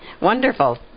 Wonderful